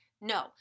No